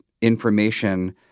information